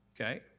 Okay